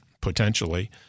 potentially